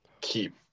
keep